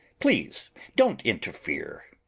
please don't interfere.